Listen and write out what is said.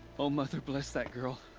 all-mother bless that girl.